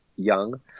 young